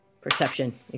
Perception